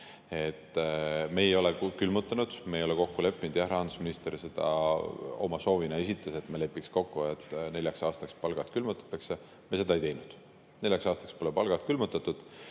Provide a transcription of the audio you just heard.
[palku] külmutanud, me ei ole seda kokku leppinud. Jah, rahandusminister oma soovi esitas, et me lepiks kokku, et neljaks aastaks palgad külmutatakse, aga me seda ei teinud. Neljaks aastaks pole palgad külmutatud.